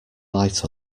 light